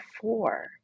four